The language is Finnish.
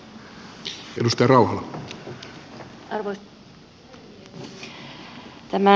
arvoisa puhemies